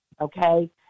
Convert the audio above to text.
okay